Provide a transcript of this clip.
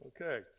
Okay